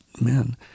men